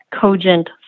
cogent